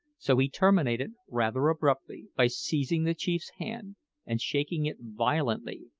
so he terminated rather abruptly by seizing the chief's hand and shaking it violently,